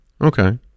Okay